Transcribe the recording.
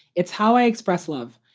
it's how i express love.